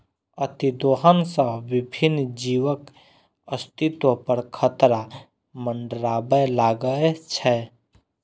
अतिदोहन सं विभिन्न जीवक अस्तित्व पर खतरा मंडराबय लागै छै